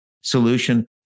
solution